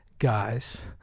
guys